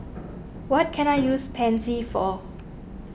what can I use Pansy for